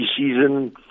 preseason